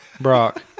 Brock